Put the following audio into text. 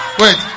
wait